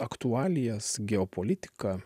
aktualijas geopolitiką